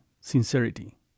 sincerity